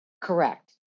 Correct